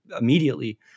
immediately